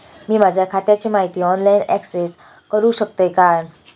मी माझ्या खात्याची माहिती ऑनलाईन अक्सेस करूक शकतय काय?